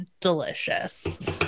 delicious